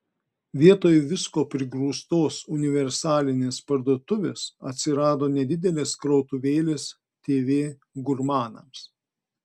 vietoj visko prigrūstos universalinės parduotuvės atsirado nedidelės krautuvėlės tv gurmanams